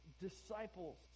disciples